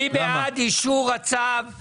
מי בעד אישור הצו?